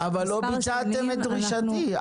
מישהי שנותנת ייעוץ ותכנון מול משרד התחבורה,